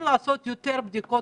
אם נעשה יותר בדיקות